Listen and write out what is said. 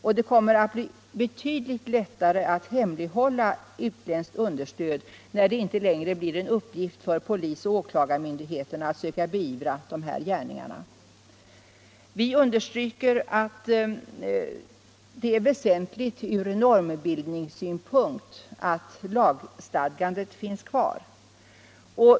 Och det kommer att bli betydligt lättare att hemlighålla utländskt understöd när det inte längre blir en uppgift för polis och åklagarmyndighet att söka beivra dessa gärningar. Vi understryker att det är väsentligt ur normbildningssynpunkt att detta lagstadgande finns kvar.